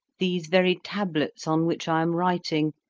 these very tablets on which i am writing,